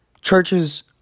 Churches